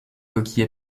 coquilles